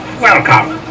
welcome